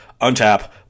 untap